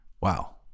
wow